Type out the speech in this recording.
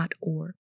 org